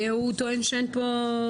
כי הוא טוען שין פה...